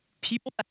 People